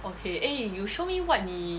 okay eh you show me what 你